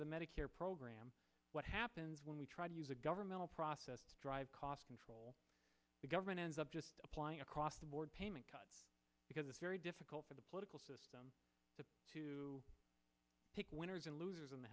of the medicare program what happens when we try to use a governmental process drive cost control the government ends up just applying across the board payment because it's very difficult for the political system to pick winners and losers in the